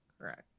Correct